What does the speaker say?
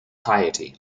piety